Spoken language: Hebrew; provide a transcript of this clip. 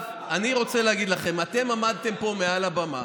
עכשיו אני רוצה להגיד לכם, אתם עמדתם פה מעל הבמה,